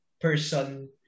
person